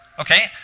Okay